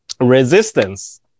resistance